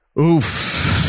Oof